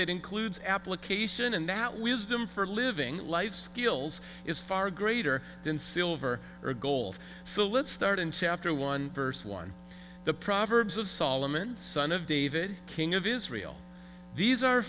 that includes application and that wisdom for living life skills is far greater than silver or gold salutes start in chapter one verse one the proverbs of solomon son of david king of israel these are